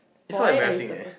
it's so embarrassing leh